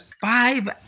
five